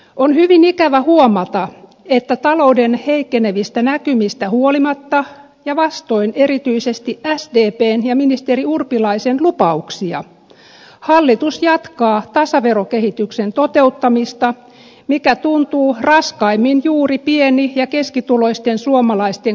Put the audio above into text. on hyvin ikävä huomata että talouden heikkenevistä näkymistä huolimatta ja vastoin erityisesti sdpn ja ministeri urpilaisen lupauksia hallitus jatkaa tasaverokehityksen toteuttamista mikä tuntuu raskaimmin juuri pieni ja keskituloisten suomalaisten kukkarossa